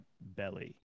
belly